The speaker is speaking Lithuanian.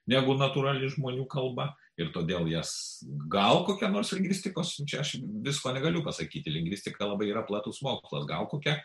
negu natūrali žmonių kalba ir todėl jas gal kokia nors logistikos čia aš visko negaliu pasakyti lingvistika kalba yra platus mokslas gal kokia